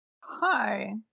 Hi